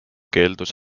keeldus